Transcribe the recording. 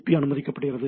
B அனுமதிக்கப்படுகிறது